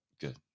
good